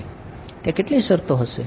ત્યાં કેટલી શરતો હશે